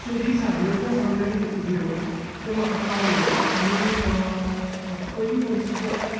सुरी साडयो ज्यो ऑनलायन घेतिल्यो त्यो म्हाका पावल्यो आनी ती पयली म्हणशीत जाल्यार